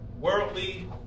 worldly